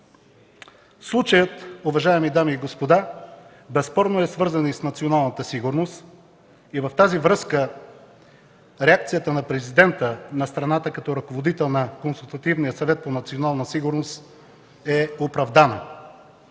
Случаят, уважаеми дами и господа, безспорно е свързан и с националната сигурност и в тази връзка реакцията на Президента на страната като ръководител на Консултативния съвет по национална сигурност е оправдан.